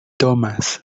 thomas